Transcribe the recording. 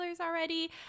already